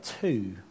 two